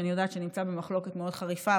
שאני יודעת שנמצא במחלוקת מאוד חריפה,